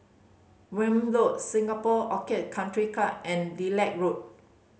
Welm Road Singapore Orchid Country Club and Lilac Road